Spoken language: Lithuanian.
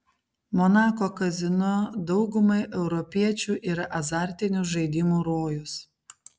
monako kazino daugumai europiečių yra azartinių žaidimų rojus